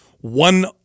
one